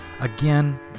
again